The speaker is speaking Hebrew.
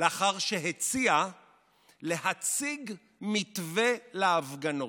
לאחר שהציע להציג מתווה להפגנות.